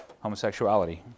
homosexuality